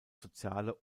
soziale